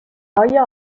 آیا